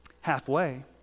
halfway